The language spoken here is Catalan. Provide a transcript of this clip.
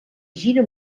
gira